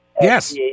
Yes